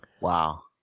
Wow